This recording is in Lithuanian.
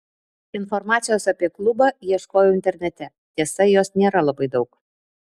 informacijos apie klubą ieškojau internete tiesa jos nėra labai daug